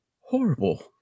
horrible